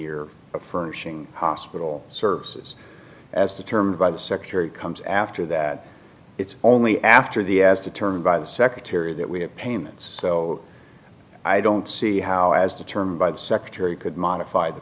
year of furnishing hospital services as determined by the secretary comes after that it's only after the as determined by the secretary that we have payments i don't see how as determined by the secretary could modify the